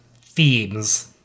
themes